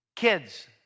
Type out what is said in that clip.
Kids